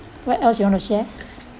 what else you want to share